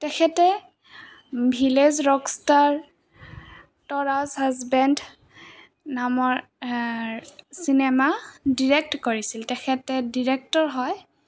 তেখেতে Village Rockstar Tora's Husband নামৰ cinema direct কৰিছিল তেখেতে ডিৰেক্টৰ হয়